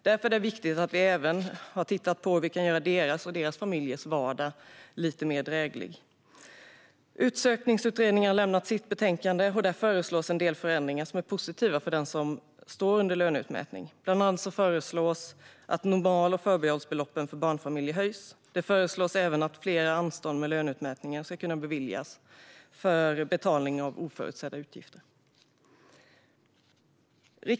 Därför är det viktigt att vi även har tittat på hur vi kan göra deras och deras familjers vardag lite mer dräglig. Utsökningsutredningen har lämnat sitt betänkande. Där föreslås en del förändringar som är positiva för den som står under löneutmätning. Bland annat föreslås att normal och förbehållsbeloppen för barnfamiljer höjs. Det föreslås även att fler anstånd med löneutmätningen ska kunna beviljas för betalning av oförutsedda utgifter.